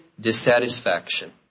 dissatisfaction